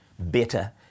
better